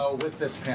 ah with this